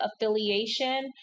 affiliation